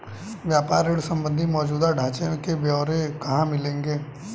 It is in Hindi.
व्यापार ऋण संबंधी मौजूदा ढांचे के ब्यौरे कहाँ मिलेंगे?